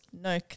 no